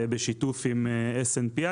בשיתוף עם SNPI,